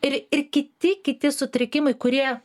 ir ir kiti kiti sutrikimai kurie